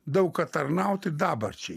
daug ką tarnauti dabarčiai